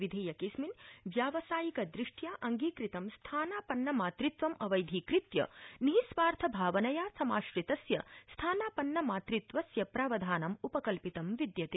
विधेयकेऽस्मिन् व्यावसायिक दृष्टया अंगीकृतं स्थानापन्न मातृत्वम् अवैधीकृत्य निःस्वार्थ भावनया समाश्रितस्य स्थानापन्न मातृत्वस्य प्रावधानम् उप कल्पितं विद्यते